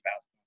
fast